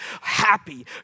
Happy